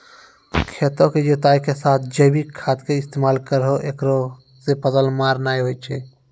खेतों के जुताई के साथ जैविक खाद के इस्तेमाल करहो ऐकरा से फसल मार नैय होय छै?